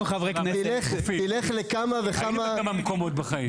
חברי כנסת; היינו בכמה מקומות בחיים.